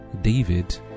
David